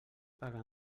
paga